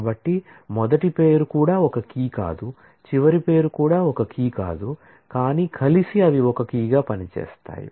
కాబట్టి మొదటి పేరు కూడా ఒక కీ కాదు చివరి పేరు కూడా ఒక కీ కాదు కానీ కలిసి అవి ఒక కీగా పనిచేస్తాయి